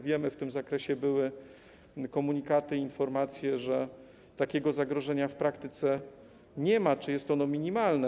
Wiemy - w tym zakresie były komunikaty, informacje - że takiego zagrożenia w praktyce nie ma czy jest ono minimalne.